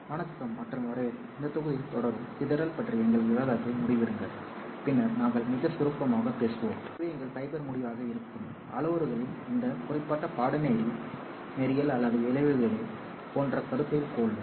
வணக்கம் மற்றும் வரவேற்பு இந்த தொகுதியில் தொடரவும் சிதறல் பற்றிய எங்கள் விவாதத்தை மூடிவிடுங்கள் பின்னர் நாங்கள் மிகச் சுருக்கமாகப் பேசுவோம் அதுவே எங்கள் ஃபைபர்முடிவாக இருக்கும் அளவுருக்களின்இந்த குறிப்பிட்ட பாடநெறி நேரியல் அல்லாத விளைவுகள் போன்றகருத்தில் கொள்ளும்